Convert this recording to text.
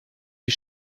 die